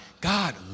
God